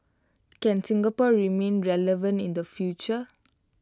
can Singapore remain relevant in the future